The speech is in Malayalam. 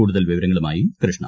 കൂടുതൽ വിവരങ്ങളുമായി കൃഷ്ണ